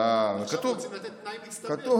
עכשיו רוצים לתת תנאי מצטבר.